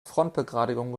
frontbegradigung